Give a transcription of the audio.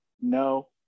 No